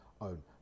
own